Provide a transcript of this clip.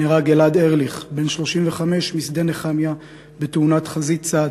נהרג אלעד ארליך בן 35 משדה-נחמיה בתאונת חזית צד